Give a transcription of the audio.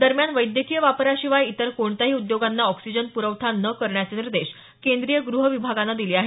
दरम्यान वैद्यकीय वापराशिवाय इतर कोणत्याही उद्योगांना ऑक्सिजन पुरवठा न करण्याचे निर्देश केंद्रीय गृह विभागानं दिले आहेत